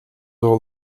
all